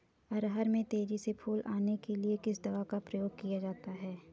अरहर में तेजी से फूल आने के लिए किस दवा का प्रयोग किया जाना चाहिए?